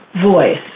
voice